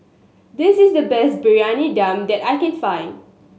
this is the best Briyani Dum that I can find